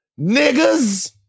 niggas